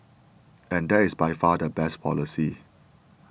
and that is by far the best policy